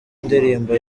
ndirimbo